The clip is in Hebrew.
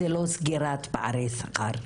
זה לא סגירת פערי שכר.